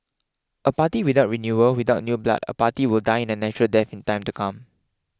a party without renewal without new blood a party will die in a natural death in time to come